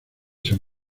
san